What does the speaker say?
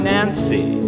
Nancy